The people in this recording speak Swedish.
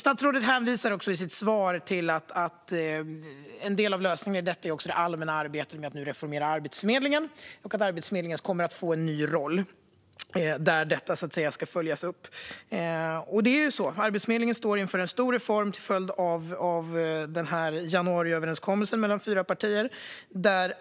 Statsrådet hänvisar i sitt svar till att en del av lösningen är det allmänna arbetet med att nu reformera Arbetsförmedlingen och att Arbetsförmedlingen kommer att få en ny roll där detta ska följas upp. Så är det: Arbetsförmedlingen står inför en stor reform till följd av januariöverenskommelsen mellan fyra partier.